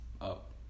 up